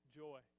joy